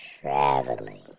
traveling